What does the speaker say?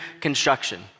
Construction